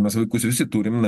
mes vaikus visi turim